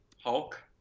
Hulk